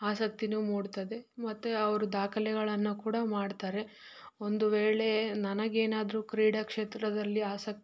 ಆಸಕ್ತಿಯೂ ಮೂಡ್ತದೆ ಮತ್ತು ಅವರು ದಾಖಲೆಗಳನ್ನು ಕೂಡ ಮಾಡ್ತಾರೆ ಒಂದು ವೇಳೆ ನನಗೇನಾದ್ರೂ ಕ್ರೀಡಾ ಕ್ಷೇತ್ರದಲ್ಲಿ ಆಸಕ್ತಿ